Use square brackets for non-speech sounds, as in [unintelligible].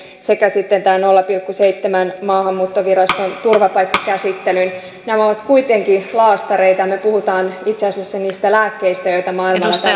sekä sitten tämä nolla pilkku seitsemän maahanmuuttoviraston turvapaikkakäsittelyyn nämä ovat kuitenkin laastareita me puhumme itse asiassa niistä lääkkeistä joita maailmalla [unintelligible]